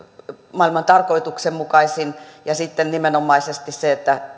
maailman tarkoituksenmukaisinta ja sitten nimenomaisesti sen takia että